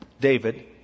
David